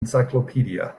encyclopedia